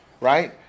right